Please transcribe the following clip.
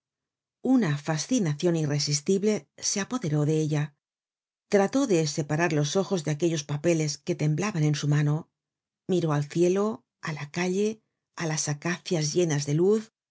una fascinacion irresistible se apoderó de ella trató de separar los ojos de aquellos papeles que temblaban en su mano miró al cielo á la calle á las acacias llenas de luz